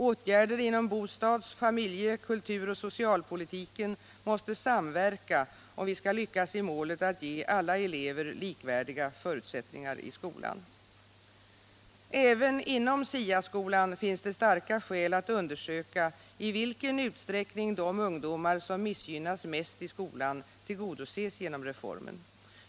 Åtgärder inom bostads-, familje-, kulturoch socialpolitiken måste samverka, om vi skall lyckas nå målet att ge alla elever likvärdiga förutsättningar i skolan. Även inom SIA-skolan finns det starka skäl att undersöka i vilken utsträckning de ungdomar som missgynnas mest i skolan tillgodoses genom reformen.